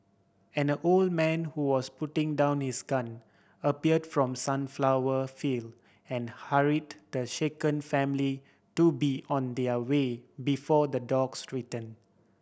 an old man who was putting down his gun appeared from sunflower field and hurried the shaken family to be on their way before the dogs return